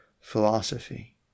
philosophy